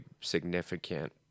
significant